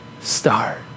start